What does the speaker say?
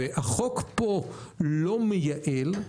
החוק פה לא מייעל,